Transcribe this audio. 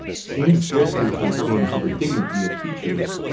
seemed scarcely to attain to the dignity of features,